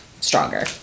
stronger